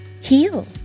heal